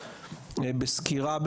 בסקירה,